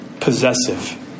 possessive